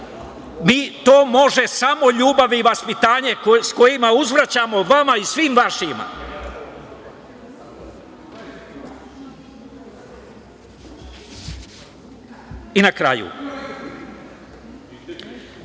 To može samo ljubav i vaspitanje kojima uzvraćamo vama i svim vašima. Na kraju,